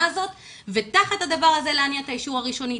הזאת ותחת הדבר הזה להניע את האישור הראשוני.